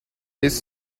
his